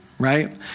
Right